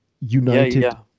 united